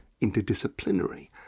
interdisciplinary